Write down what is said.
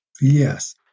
Yes